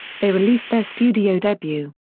they released their studio debut,